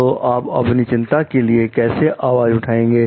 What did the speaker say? तो आप अपनी चिंता के लिए कैसे आवाज उठाएंगे